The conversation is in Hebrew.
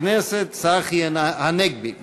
תודה לחבר הכנסת רועי פולקמן.